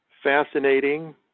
fascinating